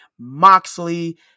Moxley